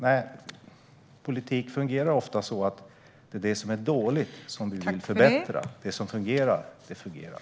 Men politik fungerar ofta så att vi vill förbättra det som är dåligt; det som fungerar, det fungerar.